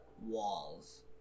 walls